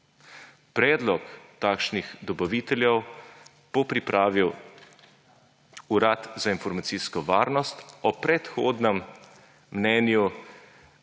Predlog takšnih dobaviteljev bo pripravil Urad za informacijsko varnost ob predhodnem mnenju